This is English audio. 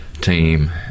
team